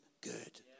good